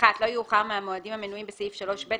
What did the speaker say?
לא יאוחר מהמועדים המנויים בסעיף 3(ב)(1)